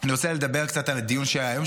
אני רוצה לדבר קצת על הדיון שהיה היום,